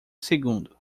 segundo